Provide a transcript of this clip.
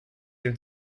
dem